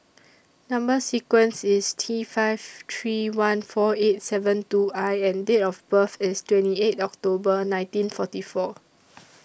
Number sequence IS T five three one four eight seven two I and Date of birth IS twenty eight October nineteen forty four